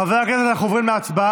חברי הכנסת, אנחנו עוברים להצבעה.